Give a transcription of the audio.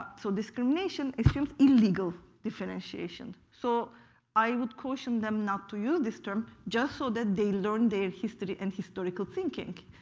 so discrimination seems illegal differentiation. so i would caution them not to use this term just so that they learn their history and historical thinking.